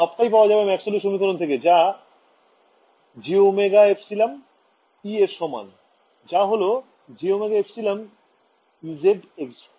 সবটাই পাওয়া যাবে ম্যাক্সওয়েলের সমীকরণ থেকে যা jωεE এর সমান যা হল jωε e z xˆ